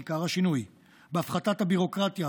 ניכר השינוי בהפחתת הביורוקרטיה,